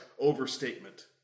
overstatement